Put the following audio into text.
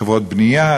חברות בנייה?